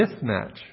mismatch